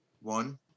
one